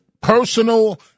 personal